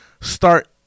start